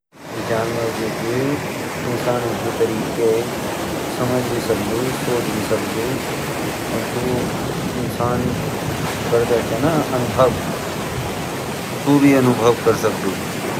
जानवर जो चे इंसानों के तरीके समझ भी सकदु सोच भी सकदु और जो इंसान करदा चे ना अनुभव हु भी अनुभव कर सकदु